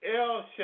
El